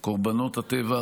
אני מוכרח לומר, היא יחידה באמת